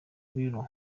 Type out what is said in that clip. biro